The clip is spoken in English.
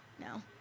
No